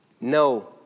No